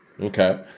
Okay